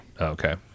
Okay